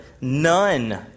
none